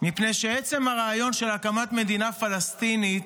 מפני שעצם הרעיון של הקמת מדינה פלסטינית